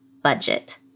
Budget